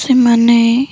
ସେମାନେ